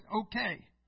okay